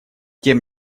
тем